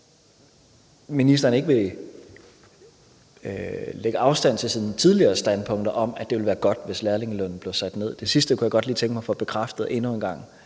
ministeren ikke vil lægge afstand til sine tidligere standpunkter om, at det ville være godt, hvis lærlingelønnen blev sat ned. Det sidste kunne jeg godt lige tænke mig at få bekræftet endnu en gang,